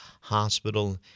hospital